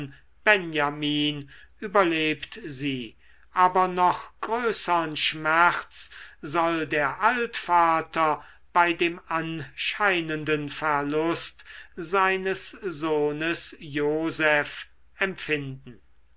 benjamin überlebt sie aber noch größern schmerz soll der altvater bei dem anscheinenden verlust seines sohnes joseph empfinden